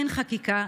אין חקיקה,